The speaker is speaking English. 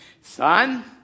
son